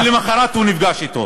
ולמחרת הוא נפגש אתו.